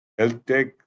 HealthTech